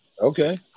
Okay